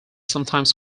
sometimes